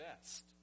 best